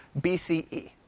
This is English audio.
BCE